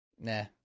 Nah